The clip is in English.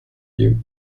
view